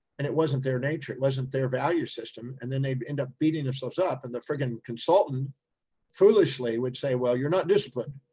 and it wasn't their nature. it wasn't their value system. and then they ended but and up beating themselves up and the frigging consultant foolishly, would say, well, you're not disciplined.